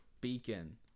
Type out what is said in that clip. beacon